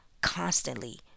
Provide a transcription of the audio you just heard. constantly